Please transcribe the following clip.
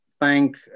thank